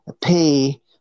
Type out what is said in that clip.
pay